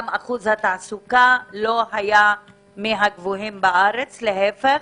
גם אחוז התעסוקה לא היה בין הגבוהים בארץ, להפך,